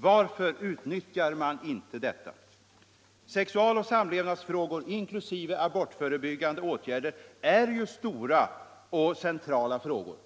Varför utnyttjar man inte detta? Sexualoch samlevnadsfrågor inkl. abortförebyggande åtgärder är ju stora och centrala frågor.